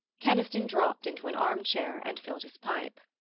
keniston dropped into an armchair and filled his pipe.